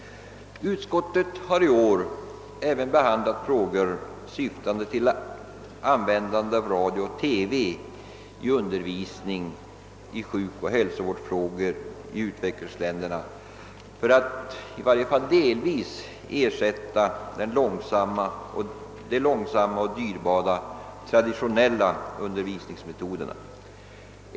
Utskottet har i år även behandlat motioner syftande till användande av radio och TV för undervisning i sjukoch hälsovårdsfrågor i utvecklingsländerna för att i varje fall delvis ersätta de långsamma och dyrbara traditionella undervisningsmetoderna.